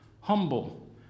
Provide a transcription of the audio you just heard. humble